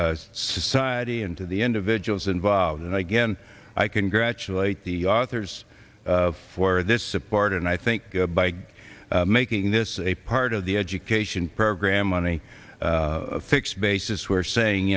the society and to the individuals involved and again i congratulate the authors for this support and i think by making this a part of the education program money fix basis we're saying